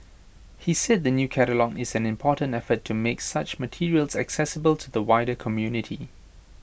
he said the new catalogue is an important effort to make such materials accessible to the wider community